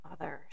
others